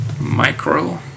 Micro